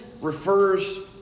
refers